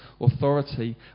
authority